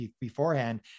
beforehand